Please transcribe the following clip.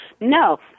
No